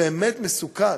ואני באמת מעריך